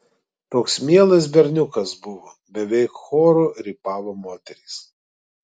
toks mielas berniukas buvo beveik choru rypavo moterys